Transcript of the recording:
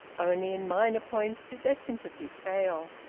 only in minor points did their sympathy fail.